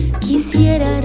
Quisiera